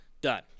done